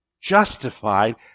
justified